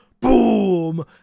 boom